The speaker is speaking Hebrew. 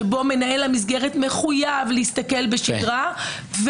שבו מנהל המסגרת מחויב להסתכל בשגרה,